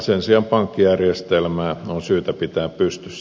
sen sijaan pankkijärjestelmää on syytä pitää pystyssä